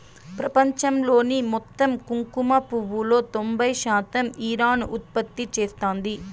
ప్రపంచంలోని మొత్తం కుంకుమ పువ్వులో తొంబై శాతం ఇరాన్ ఉత్పత్తి చేస్తాంది